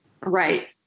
Right